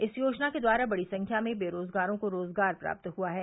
इस योजना के द्वारा बड़ी संख्या में बेरोजगारों को रोजगार प्राप्त हुआ है